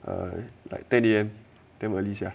I like ten A_M so early sia